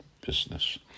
business